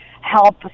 help